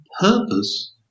purpose